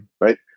Right